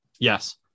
Yes